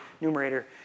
numerator